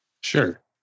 Sure